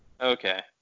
Okay